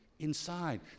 inside